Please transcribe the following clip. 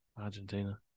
Argentina